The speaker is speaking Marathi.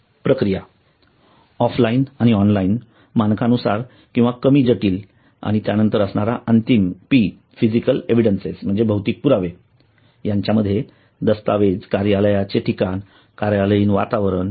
प्रक्रिया ऑफलाइन आणि ऑनलाइन मानकानुसार किंवा कमी जटिल आणि त्यानंतर असणारा अंतिम P फिजिकल एव्हिडन्स म्हणजे भौतिक पुरावे यामध्ये दस्तऐवज कार्यालयाचे ठिकाण कार्यालयीन वातावरण